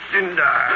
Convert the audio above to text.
Cinder